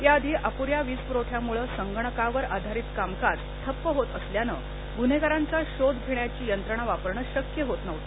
या आधी अप्रन्या वीजप्रवठ्यामुळे संगणकावर आधारीत कामकाज ठप्प होत असल्याने गुन्हेगारांचा शोध घेण्याची यंत्रणा वापरणं शक्य होत नव्हत